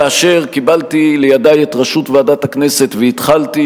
כאשר קיבלתי לידי את ראשות ועדת הכנסת והתחלתי